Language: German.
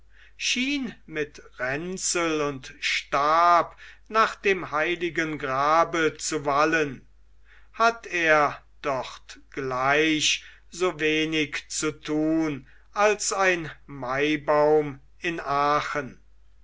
schien mit ränzel und stab nach dem heiligen grabe zu wallen hatt er dort gleich so wenig zu tun als ein maibaum in aachen